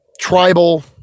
tribal